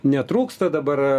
netrūksta dabar